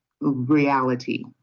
reality